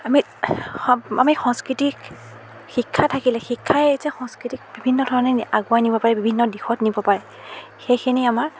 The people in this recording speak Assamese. আমি সম আমি সংস্কৃতিক শিক্ষা থাকিলে শিক্ষাই যে সংস্কৃতিক বিভিন্ন ধৰণে নি আগুৱাই নিব পাৰি বিভিন্ন দিশত নিব পাৰে সেইখিনি আমাৰ